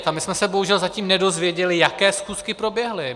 A my jsme se bohužel zatím nedozvěděli, jaké schůzky proběhly.